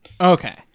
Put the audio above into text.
Okay